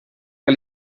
que